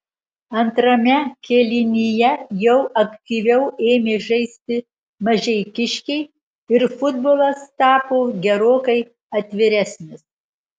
antrame kėlinyje jau aktyviau ėmė žaisti mažeikiškiai ir futbolas tapo gerokai atviresnis